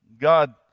God